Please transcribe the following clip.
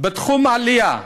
בתחום העלייה,